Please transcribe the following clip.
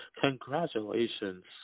Congratulations